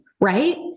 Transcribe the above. right